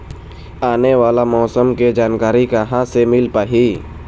आने वाला मौसम के जानकारी कहां से मिल पाही?